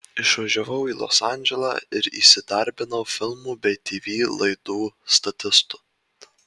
išvažiavau į los andželą ir įsidarbinau filmų bei tv laidų statistu